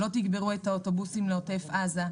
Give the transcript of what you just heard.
לא תגברו את האוטובוסים לעוטף עזה.